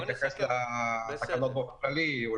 אולי יותר מאוחר אתייחס לתקנות באופן כללי.